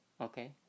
Okay